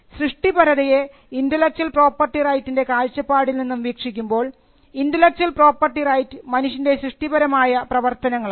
സൃഷ്ടിപരതയെ intellectual property റൈറ്റിൻറെ കാഴ്ചപ്പാടിൽ നിന്നും വീക്ഷിക്കുമ്പോൾ ഇന്റെലക്ച്വൽ പ്രോപ്പർട്ടി റൈറ്റ് മനുഷ്യൻറെ സൃഷ്ടിപരമായ പ്രവർത്തനങ്ങളാണ്